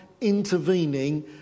intervening